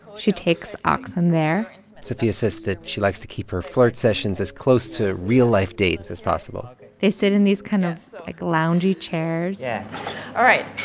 she takes ah aktham there sophia says that she likes to keep her flirt sessions as close to real-life dates as possible they sit in these kind of, like, loungey chairs yeah all right.